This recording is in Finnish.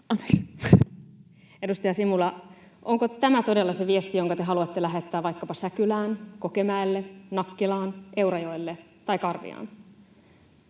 Edustaja Simula, onko tämä todella se viesti, jonka te haluatte lähettää vaikkapa Säkylään, Kokemäelle, Nakkilaan, Eurajoelle tai Karviaan?